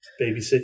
babysit